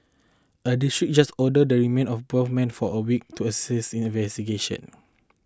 a district just ordered the remand of both men for a week to assist in investigation